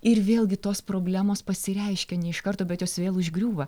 ir vėlgi tos problemos pasireiškia ne iš karto bet jos vėl užgriūva